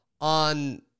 on –